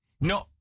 No